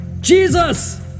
Jesus